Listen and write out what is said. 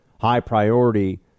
high-priority